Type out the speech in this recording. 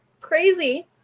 crazy